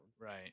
Right